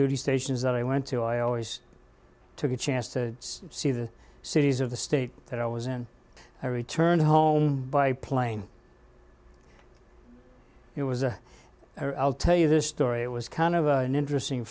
duty stations that i went to i always took a chance to see the cities of the state that i was in i returned home by plane it was a i'll tell you this story it was kind of an interesting